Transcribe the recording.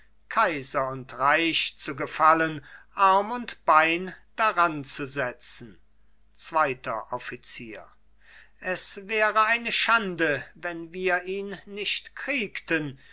kaiser und reich zu gefallen arm und bein daranzusetzen zweiter offizier es wäre eine schande wenn wir ihn nicht kriegten